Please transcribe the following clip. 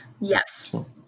yes